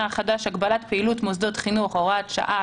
החדש) (הגבלת פעילות מוסדות חינוך) (הוראת שעה),